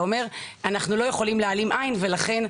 אתה אומר "אנחנו לא יכולים להעלים עין ולכן...",